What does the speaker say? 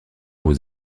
aux